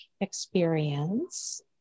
experience